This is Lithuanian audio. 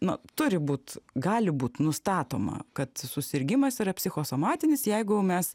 na turi būt gali būt nustatoma kad susirgimas yra psichosomatinis jeigu mes